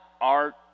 art